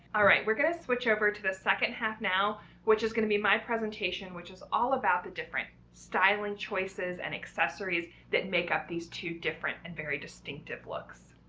all right we're going to switch over to the second half now which is going to be my presentation which is all about the different styling choices and accessories that make up these two different and very distinctive looks.